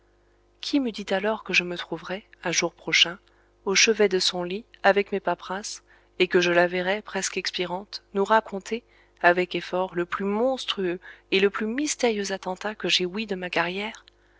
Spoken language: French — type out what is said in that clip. qui m'eût dit alors que je me trouverais un jour prochain au chevet de son lit avec mes paperasses et que je la verrais presque expirante nous raconter avec effort le plus monstrueux et le plus mystérieux attentat que j'ai ouï de ma carrière